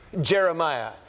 Jeremiah